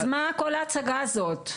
אז מה כול ההצגה הזאת?